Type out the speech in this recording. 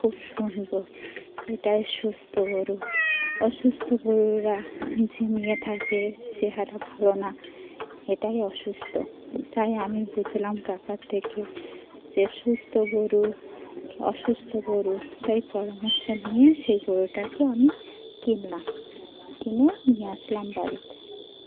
খুব সুন্দর এটাই সুস্থ গরু অসুস্থ গরুরা ঝিমিয়ে থাকে চেহারা ভালো না এটাই অসুস্থ তাই আমি বুঝলাম কাকার থেকে যে সুস্থ গরু অসুস্থ গরু তাই পরামর্শ নিয়ে সেই গরুটাকে আমি কিনলাম কিনে নিয়ে আসলাম বাড়িতে